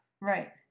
Right